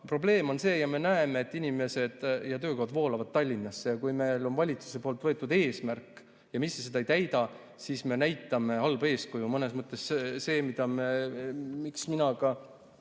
probleem on see ja me näeme, et inimesed ja töökohad voolavad Tallinnasse. Ja kui meil on valitsuse poolt võetud eesmärk ja me ise seda ei täida, siis me näitame halba eeskuju. Mõnes mõttes see [oligi põhjus], miks mina ka